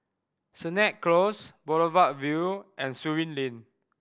Sennett Close Boulevard Vue and Surin Lane